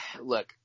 Look